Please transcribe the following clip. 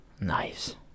Nice